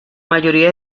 mayoría